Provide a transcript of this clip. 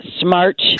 smart